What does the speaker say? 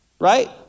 right